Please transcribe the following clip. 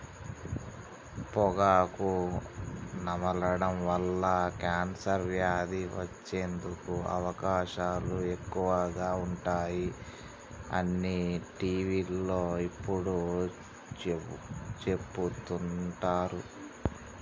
పొగాకు నమలడం వల్ల కాన్సర్ వ్యాధి వచ్చేందుకు అవకాశాలు ఎక్కువగా ఉంటాయి అని టీవీలో ఎప్పుడు చెపుతుంటారు